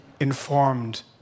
informed